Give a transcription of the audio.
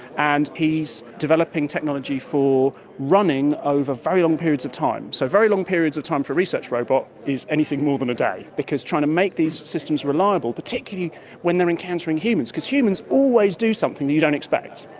and he's developing technology for running over very long periods of time. so a very long period of time for research robot is anything more than a day, because trying to make these systems reliable, particularly when they are encountering humans, because humans always do something that you don't expect.